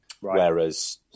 Whereas